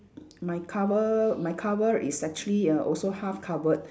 my cover my cover is actually err also half covered